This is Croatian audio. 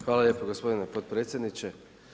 Hvala lijepo gospodine potpredsjedniče.